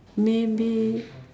maybe